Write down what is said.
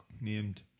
named